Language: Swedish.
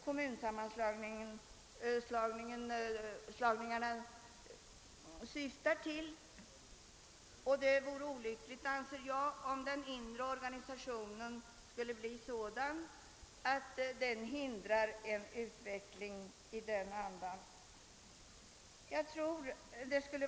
Kommunsammanslagningarna syftar ju till en nydaning, och det vore olyckligt, anser jag, om den inre organisationen skulle bli sådan att den hindrar en utveckling i den andan.